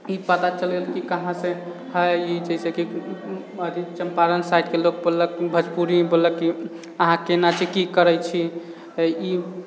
ई पता चलि गेल कि कहाँसँ हय जैसे अथि चम्पारण साइडके लोग बोललक भोजपुरी बोललक अहाँ केना छी अहाँ की करै छी आओर ई